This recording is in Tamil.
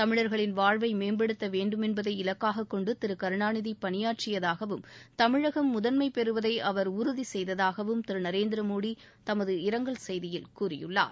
தமிழர்களின் வாழ்வை மேம்படுத்த வேண்டுமென்பதை இலக்காகக் கொண்டு திரு கருணாநிதி பணியாற்றிதாகவும் தமிழகம் முதன்மைப் பெறுவதை அவர் உறுதி செய்ததாகவும் திரு நரேந்திரமோடி தமது இரங்கல் செய்தியில் கூறியுள்ளார்